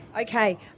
Okay